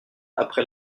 après